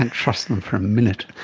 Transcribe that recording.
and trust them for a minute.